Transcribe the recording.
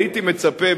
הייתי מצפה,